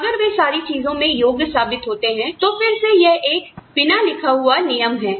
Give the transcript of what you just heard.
अगर वे सारी चीजों में योग्य साबित होते हैं तो फिर से यह एक बिना लिखा हुआ नियम है